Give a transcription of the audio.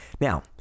Now